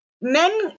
men